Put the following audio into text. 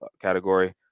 category